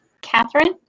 Catherine